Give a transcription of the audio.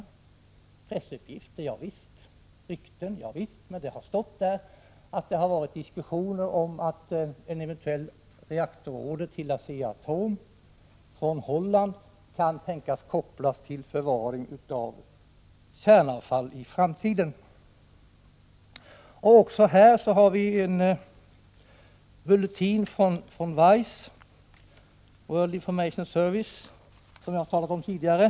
Det är pressuppgifter och rykten — javisst, men det har stått där att det har förekommit diskussioner om att en eventuell reaktororder till ASEA-ATOM från Holland kan tänkas bli kopplad till förvaring av kärnavfall i framtiden. Också i den frågan har vi en bulletin från WISE — World Information Service, som jag har talat om tidigare.